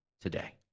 today